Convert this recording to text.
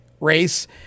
race